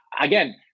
again